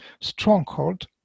stronghold